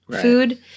food